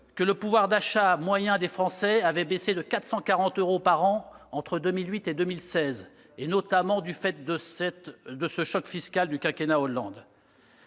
que le pouvoir d'achat moyen des Français avait baissé de 440 euros par an entre 2008 et 2016, notamment du fait du choc fiscal du quinquennat Hollande.